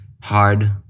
Hard